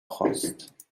خاست